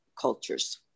cultures